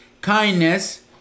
kindness